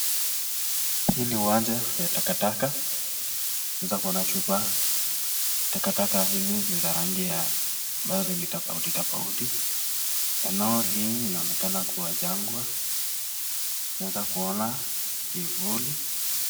Hili uwanja la takataka tunaeza kuona chupa. Takataka hizi ni za rangi ya ambazo ni tofauti tofauti eneo hili linaonekana kuwa jangwa .Naeza kuona kivuli.